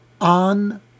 on